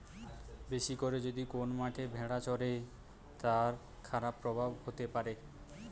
বেশি করে যদি কোন মাঠে ভেড়া চরে, তার খারাপ প্রভাব হতে পারে